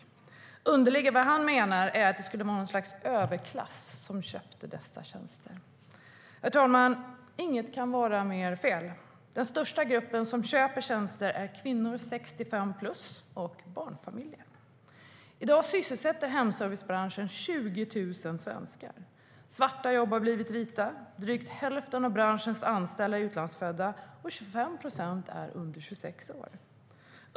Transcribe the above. Hans underliggande mening är att det skulle vara något slags överklass som köper dessa tjänster. Herr talman! Inget kan vara mer fel. Den största gruppen som köper tjänsterna är kvinnor 65-plus och barnfamiljer. I dag sysselsätter hemservicebranschen 20 000 svenskar. Svarta jobb har blivit vita, drygt hälften av branschens anställda är utlandsfödda och 25 procent är under 26 år.